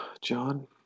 John